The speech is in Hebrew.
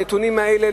הנתונים האלה,